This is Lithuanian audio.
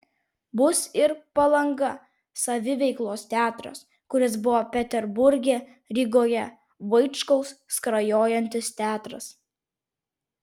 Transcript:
bus ir palanga saviveiklos teatras kuris buvo peterburge rygoje vaičkaus skrajojantis teatras